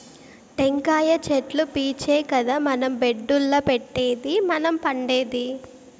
టెంకాయ చెట్లు పీచే కదా మన బెడ్డుల్ల పెట్టేది మనం పండేది